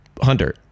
Hunter